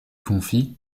confie